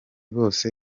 bose